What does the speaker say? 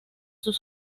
sus